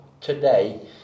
today